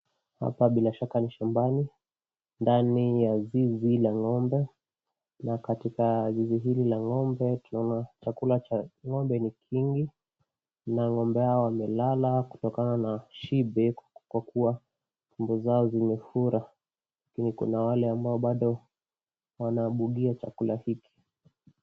Hapa bila shaka ni shambani ndani ya zizi la ng'ombe, na katika zizi hili la ng'ombe tunaona chakula cha ng'ombe ni kingi na ng'ombe hawa wamelala kutokana na shibe kwa kuwa tumbo zao zimefura. Lakini kuna wale ambao bado wanabugia chakula hiki.